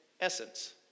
essence